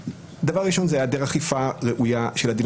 דבר ראשון זה היעדר אכיפה ראויה של הדין